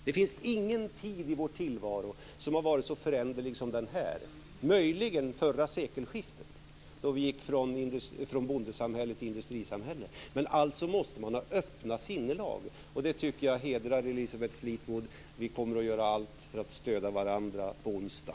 Det finns ingen tid i vår tillvaro som har varit så föränderlig som denna, möjligen vid det förra sekelskiftet då vi gick från bondesamhälle till industrisamhälle. Man måste ha öppna sinnelag, och det hedrar Elisabeth Fleetwood att hon har det. Vi kommer att göra allt för att stödja varandra på onsdag.